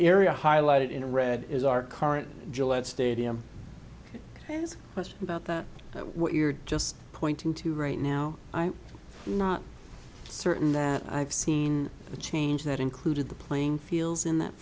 area highlighted in red is our current gillette stadium has question about that what you're just pointing to right now i'm not certain that i've seen a change that included the playing fields in that